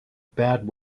bad